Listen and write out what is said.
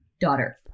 daughter